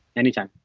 anytime.